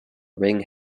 ring